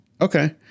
Okay